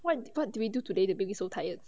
what what do you do today that make you so tired